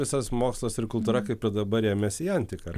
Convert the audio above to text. visas mokslas ir kultūra kaip ir dabar rėmėsi į antiką